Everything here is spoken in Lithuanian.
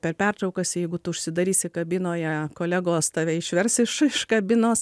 per pertraukas jeigu tu užsidarysi kabinoje kolegos tave išvers iš iš kabinos